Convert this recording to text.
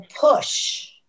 Push